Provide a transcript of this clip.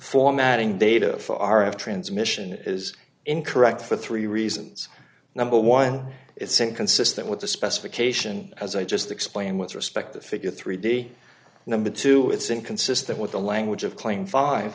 formatting data far of transmission is incorrect for three reasons number one it's inconsistent with the specification as i just explained with respect to figure three d number two it's inconsistent with the language of claim five